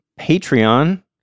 Patreon